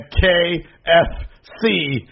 K-F-C